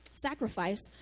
sacrifice